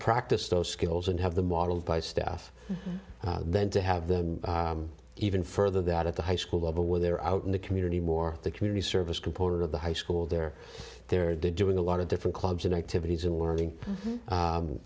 practice those skills and have the modeled by staff then to have them even further that at the high school level when they're out in the community more the community service component of the high school there they're doing a lot of different clubs and activities and learning